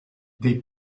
they